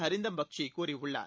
அரிந்தம் பக்சி கூறியுள்ளார்